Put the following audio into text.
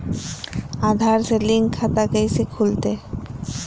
आधार से लिंक खाता कैसे खुलते?